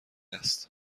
است